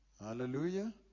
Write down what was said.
Hallelujah